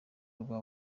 rwa